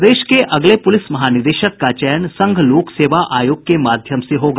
प्रदेश के अगले पुलिस महानिदेशक का चयन संघ लोकसेवा आयोग के माध्यम से होगा